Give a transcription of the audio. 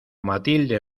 matilde